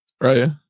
Right